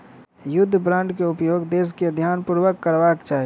युद्ध बांड के उपयोग देस के ध्यानपूर्वक करबाक चाही